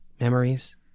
Memories